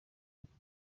dufite